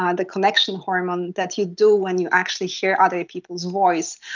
ah the connection hormone that you do when you actually hear other people's voice.